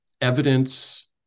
evidence